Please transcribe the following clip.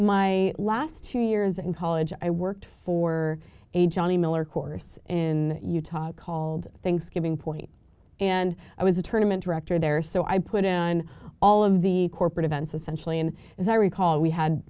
my last two years in college i worked for a johnny miller course in utah called things giving points and i was a tournament director there so i put in on all of the corporate events essentially and as i recall we had